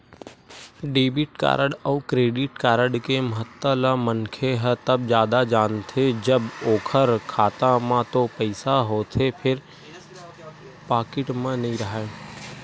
debit card अउ credit card के महत्ता ल मनखे ह तब जादा जानथे जब ओखर खाता म तो पइसा होथे फेर पाकिट म नइ राहय